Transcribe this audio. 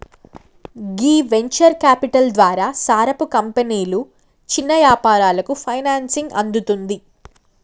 గీ venture capital ద్వారా సారపు కంపెనీలు చిన్న యాపారాలకు ఫైనాన్సింగ్ అందుతుంది